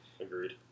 Agreed